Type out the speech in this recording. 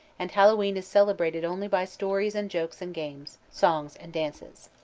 and hallowe'en is celebrated only by stories and jokes and games, songs and dances.